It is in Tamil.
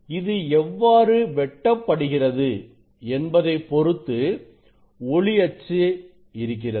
இது எவ்வாறு வெட்டப்படுகிறது என்பதை பொறுத்து ஒளி அச்சு இருக்கிறது